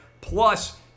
plus